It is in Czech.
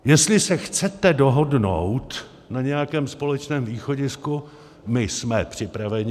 Jestli se chcete dohodnout na nějakém společném východisku, my jsme připraveni.